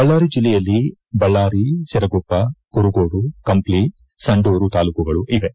ಬಳ್ಳಾರಿ ಜಿಲ್ಲೆಯಲ್ಲಿ ಬಳ್ಳಾರಿ ಸಿರಗುರಪ್ಪ ಕುರುಗೋಡು ಕಂಪ್ಲಿ ಸಂಡೂರು ತಾಲ್ಲೂಕುಗಳಿವೆ